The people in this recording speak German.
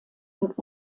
und